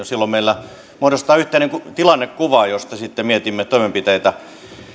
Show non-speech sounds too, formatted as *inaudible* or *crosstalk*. *unintelligible* silloin meillä muodostetaan yhteinen tilannekuva josta sitten mietimme toimenpiteitä